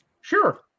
Sure